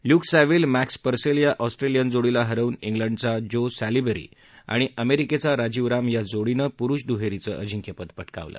Luke Saville Max Purcell या Australian जोडीला हरवून इंग्लंडचा जो सॅलीसबरी आणि अमरिक्खी राजीव राम या जोडीनं प्रुष द्हरीी अजिंक्यपद पटकावलं